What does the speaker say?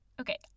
Okay